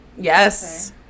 Yes